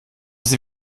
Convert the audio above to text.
sie